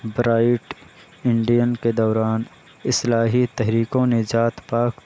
bright Indian کے دوران اصلاحی تحریکوں نے ذات پات